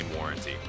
warranty